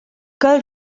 girl